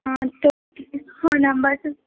অঁ ত' অঁ নাম্বাৰটো